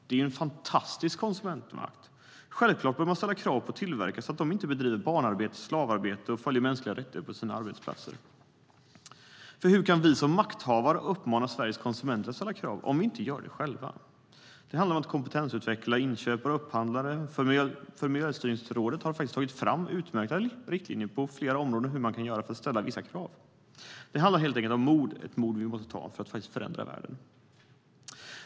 Det är en fantastisk konsumentmakt. Självklart bör man ställa krav på tillverkare, så att det inte förekommer barnarbete eller slavarbete och att de följer mänskliga rättigheter på sina arbetsplatser. För hur kan vi som makthavare uppmana Sveriges konsumenter att ställa krav om vi inte gör det själva? Det handlar om att kompetensutveckla inköpare och upphandlare. Miljöstyrningsrådet har faktiskt tagit fram utmärkta riktlinjer på flera områden för hur man kan göra för att ställa vissa krav. Det handlar helt enkelt om mod, ett mod vi måste ha för att faktiskt förändra världen.